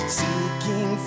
seeking